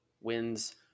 Wins